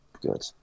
Good